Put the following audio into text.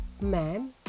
Ma'am